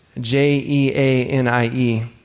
J-E-A-N-I-E